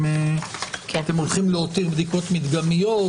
כי אתם הולכים להותיר בדיקות מדגמיות,